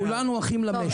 כולנו אחים למשק.